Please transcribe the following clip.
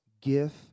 gift